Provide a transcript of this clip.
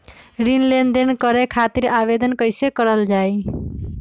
ऋण लेनदेन करे खातीर आवेदन कइसे करल जाई?